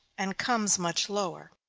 and comes much lower.